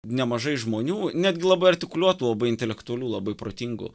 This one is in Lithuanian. nemažai žmonių netgi labai artikuliuotų labai intelektualių labai protingų